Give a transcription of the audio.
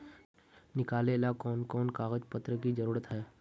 निकाले ला कोन कोन कागज पत्र की जरूरत है?